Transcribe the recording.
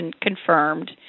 confirmed